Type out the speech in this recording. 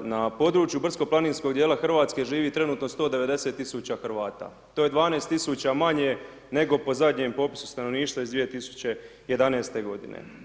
na području brdsko planinskog dijela Hrvatske živi trenutno 190 tisuća Hrvata, to je 12 tisuća manje nego po zadnjem popisu stanovništva iz 2011. godine.